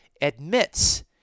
admits